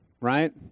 right